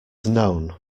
known